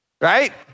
Right